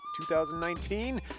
2019